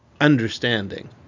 understanding